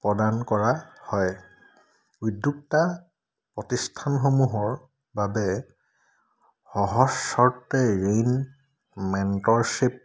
প্ৰদান কৰা হয় উদ্যোক্তা প্ৰতিষ্ঠানসমূহৰ বাবে সহজ স্বৰ্তে ঋণ মেণ্টৰশ্বিপ